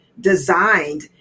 designed